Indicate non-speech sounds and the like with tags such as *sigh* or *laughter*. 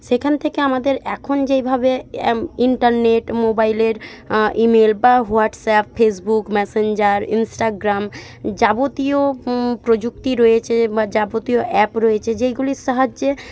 সেখান থেকে আমাদের এখন যেইভাবে *unintelligible* ইন্টারনেট মোবাইলের ইমেল বা হোয়াটসঅ্যাপ ফেসবুক মেসেঞ্জার ইন্সটাগ্রাম যাবতীয় প্রযুক্তি রয়েছে বা যাবতীয় অ্যাপ রয়েছে যেইগুলির সাহায্যে